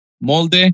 Molde